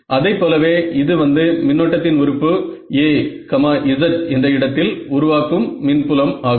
அதைப் போலவே இது வந்து மின்னோட்டத்தின் உறுப்பு A z என்ற இடத்தில் உருவாக்கும் மின்புலம் ஆகும்